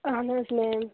اہن حظ میم